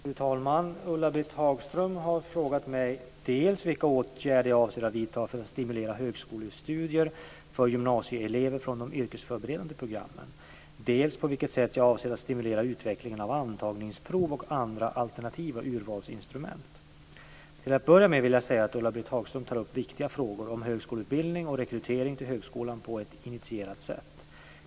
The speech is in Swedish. Fru talman! Ulla-Britt Hagström har frågat mig dels vilka åtgärder jag avser vidta för att stimulera högskolestudier för gymnasieelever från de yrkesförberedande programmen, dels på vilket sätt jag avser stimulera utvecklingen av antagningsprov och andra alternativa urvalsinstrument. Till att börja med vill jag säga att Ulla-Britt Hagström tar upp viktiga frågor om högskoleutbildning och rekrytering till högskolan på ett initierat sätt.